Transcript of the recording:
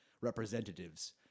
representatives